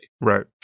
Right